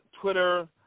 Twitter